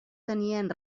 tenien